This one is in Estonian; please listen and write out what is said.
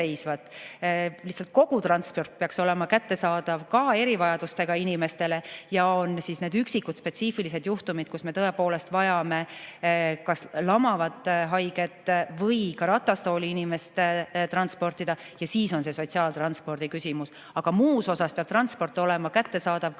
Lihtsalt kogu transport peaks olema kättesaadav ka erivajadustega inimestele. On vaid üksikud spetsiifilised juhtumid, kus tõepoolest on vaja lamavat haiget või ratastoolis inimest transportida, ja siis on see sotsiaaltranspordiküsimus. Aga muus osas peab transport olema kättesaadav